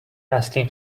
اصلی